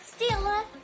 Stella